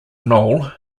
noel